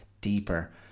deeper